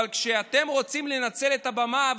אבל כשאתם רוצים לנצל את הבמה,